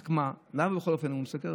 רק מה, למה בכל אופן הוא סגר?